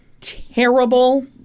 terrible